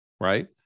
right